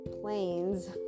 planes